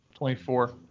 24